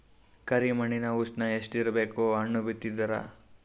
ಕರಿ ಮಣ್ಣಿನ ಉಷ್ಣ ಎಷ್ಟ ಇರಬೇಕು ಹಣ್ಣು ಬಿತ್ತಿದರ?